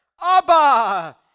Abba